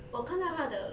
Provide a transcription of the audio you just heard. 我看到他的